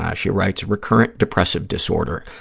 yeah she writes, recurrent depressive disorder,